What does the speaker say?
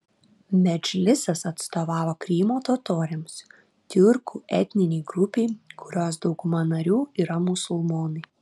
medžlisas atstovavo krymo totoriams tiurkų etninei grupei kurios dauguma narių yra musulmonai